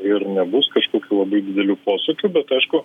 ir nebus kažkokių labai didelių posūkių bet aišku